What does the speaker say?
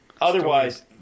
Otherwise